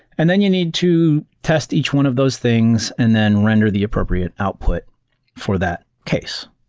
and then you need to test each one of those things and then render the appropriate output for that case,